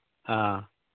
ꯑꯥ